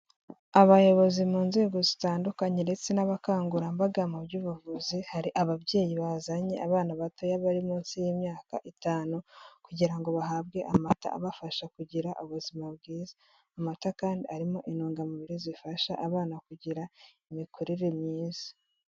Abayobozi mu nzego zitandukanye ndetse n'abakangurambaga mu by'ubuvuzi, hari ababyeyi bazanye abana batoya bari munsi y'imyaka itanu kugira ngo bahabwe amata abafasha kugira ubuzima bwiza. Amata kandi arimo intungamubiri zifasha abana kugira imikurire myiza.